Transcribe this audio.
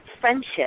friendship